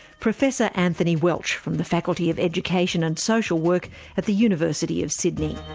professor anthony welch, from the faculty of education and social work at the university of sydney.